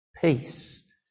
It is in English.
peace